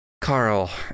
Carl